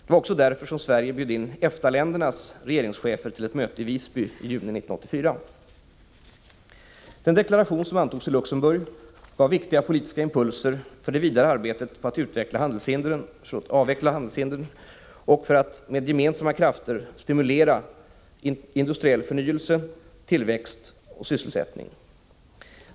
Det var också därför som Sverige bjöd in EFTA-ländernas regeringschefer till ett möte i Visby i juni 1984. Den deklaration som antogs i Luxemburg gav viktiga politiska impulser för det vidare arbetet på att avveckla handelshindren och för att med gemensamma krafter stimulera industriell förnyelse, tillväxt och sysselsättning.